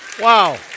Wow